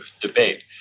debate